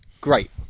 great